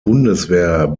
bundeswehr